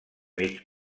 mig